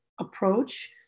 approach